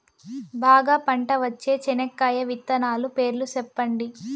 బాగా పంట వచ్చే చెనక్కాయ విత్తనాలు పేర్లు సెప్పండి?